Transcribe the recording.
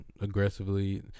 aggressively